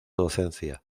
docencia